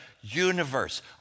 universe